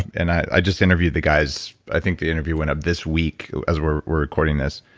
and i just interviewed the guys. i think the interview went up this week as we're we're recording this.